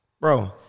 Bro